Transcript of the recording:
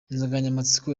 insanganyamatsiko